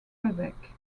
quebec